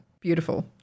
Beautiful